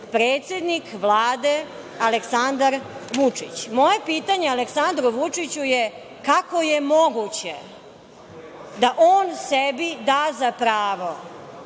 predsednik Vlade Aleksandar Vučić. Moje pitanje Aleksandru Vučiću je kako je moguće da on sebi da za pravo